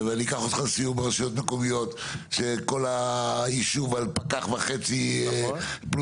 ואני אקח אותך סיור ברשויות מקומיות שכל הישוב על פקח וחצי פלוס-מינוס.